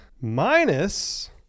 minus